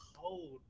cold